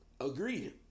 Agreed